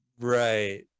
right